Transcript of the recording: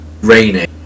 raining